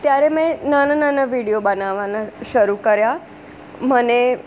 ત્યારે મેં નાના નાના વિડીયો બનાવવાના શરૂ કર્યા મને